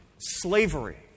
Slavery